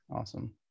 Awesome